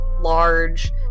large